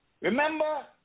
Remember